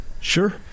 Sure